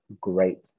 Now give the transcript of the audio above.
great